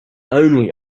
only